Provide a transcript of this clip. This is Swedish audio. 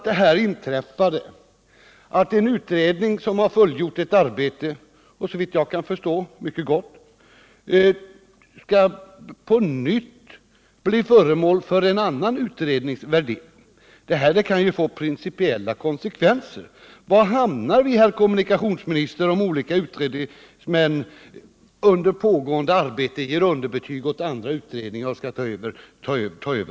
Det inträffade, att en utredning som har fullgjort ett arbete — mycket gott, såvitt jag kan förstå — skall bli föremål för en annan utrednings värdering, kan få principiella konsekvenser. Var hamnar vi, herr kommunikationsminister, om olika utredningsmän under pågående arbete ger underbetyg åt andra utredningar?